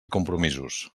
compromisos